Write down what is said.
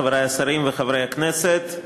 חברי השרים וחברי הכנסת,